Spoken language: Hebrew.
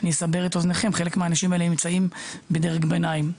אני אסבר את אוזניכם: חלק מהאנשים האלה נמצאים בדרג ביניים,